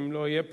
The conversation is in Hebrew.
אם לא יהיה פה,